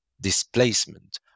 displacement